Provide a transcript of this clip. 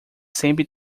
sempre